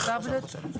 התשפ"ג-2023.